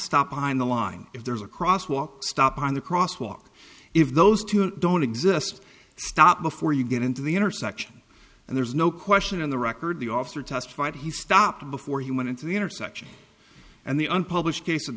on the line if there's a crosswalk stop on the cross walk if those two don't exist stop before you get into the intersection and there's no question in the record the officer testified he stopped before he went into the intersection and the unpublished case of